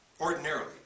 ordinarily